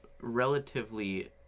relatively